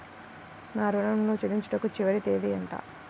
నా ఋణం ను చెల్లించుటకు చివరి తేదీ ఎంత?